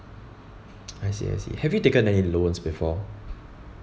I see I see have you taken any loans before